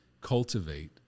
cultivate